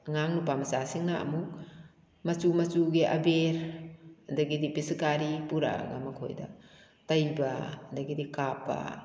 ꯑꯉꯥꯡ ꯅꯨꯄꯥ ꯃꯆꯥꯁꯤꯡꯅ ꯑꯃꯨꯛ ꯃꯆꯨ ꯃꯆꯨꯒꯤ ꯑꯕꯦꯔ ꯑꯗꯒꯤꯗꯤ ꯄꯤꯆꯀꯥꯔꯤ ꯄꯨꯔꯛꯑꯒ ꯃꯈꯣꯏꯗ ꯇꯩꯕ ꯑꯗꯒꯤꯗꯤ ꯀꯥꯞꯄ